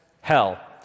hell